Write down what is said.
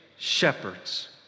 shepherds